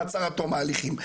מעצר עד תום ההליכים,